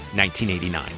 1989